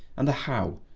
and the how,